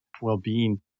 well-being